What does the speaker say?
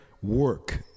Work